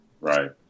Right